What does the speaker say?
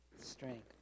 strength